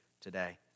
today